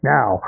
Now